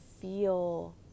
feel